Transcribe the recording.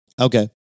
Okay